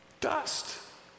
Dust